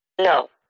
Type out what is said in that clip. No